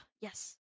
yes